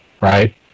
right